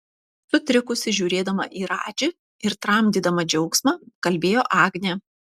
sutrikusi žiūrėdama į radži ir tramdydama džiaugsmą kalbėjo agnė